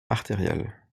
artérielle